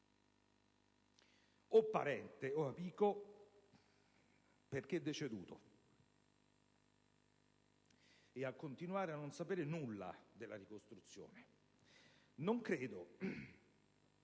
o parente, o amico, perché deceduto. E a continuare a non sapere nulla della ricostruzione. Non credo